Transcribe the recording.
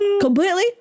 completely